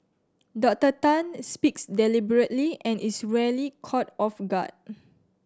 Doctor Tan speaks deliberately and is rarely caught off guard